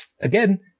Again